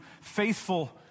faithful